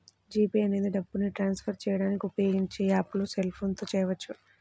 G pay అనేది డబ్బుని transfer చేయడానికి ఉపయోగించే యాప్పు సెల్ ఫోన్ తో చేయవచ్చు